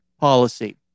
policy